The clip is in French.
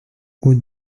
route